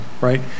right